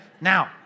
Now